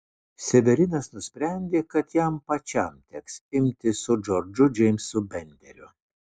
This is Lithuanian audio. severinas nusprendė kad jam pačiam teks imtis su džordžu džeimsu benderiu